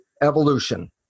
evolution